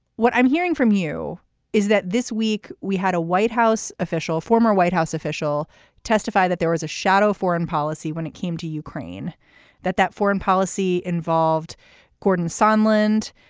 what i'm hearing from you is that this week we had a white house official a former white house official testify that there was a shadow foreign policy when it came to ukraine that that foreign policy involved gordon sunland.